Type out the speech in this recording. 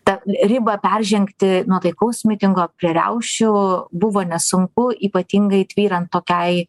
tą ribą peržengti nuo taikaus mitingo prie riaušių buvo nesunku ypatingai tvyrant tokiai